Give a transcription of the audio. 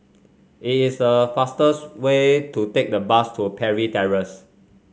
it is a fastest way to take the bus to Parry Terrace